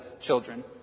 children